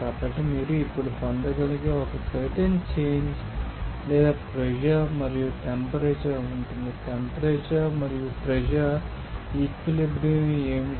కాబట్టి మీరు ఇప్పుడు పొందగలిగే ఒక సర్టెన్ చేంజ్ లేదా ప్రెషర్ మరియు టెంపరేచర్ ఉంటుంది టెంపరేచర్ మరియు ప్రెషర్ ఈక్విలిబ్రియం ఏమిటి